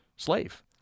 Slave